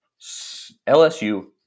LSU